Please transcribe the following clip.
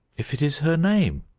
if it is her name.